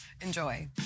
enjoy